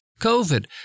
covid